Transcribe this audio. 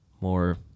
more